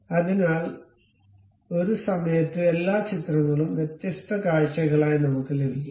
അതിനാൽ ഒരു സമയത്ത് എല്ലാ ചിത്രങ്ങളും വ്യത്യസ്ത കാഴ്ചകളായി നമുക്ക് ലഭിക്കും